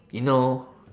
you know